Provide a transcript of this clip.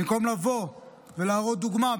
במקום לבוא ולהראות דוגמה,